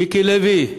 מיקי לוי,